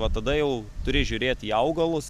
o tada jau turi žiūrėt į augalus